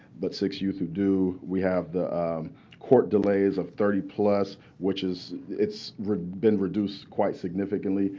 but six youth who do. we have the court delays of thirty plus, which is it's been reduced quite significantly.